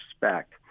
respect